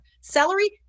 celery